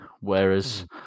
Whereas